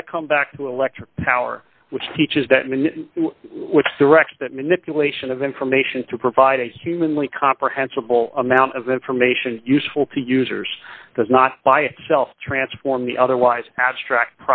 why i come back to electric power which teaches that man which directs that manipulation of information to provide a humanly comprehensible amount of information useful to users does not by itself transform the otherwise abstract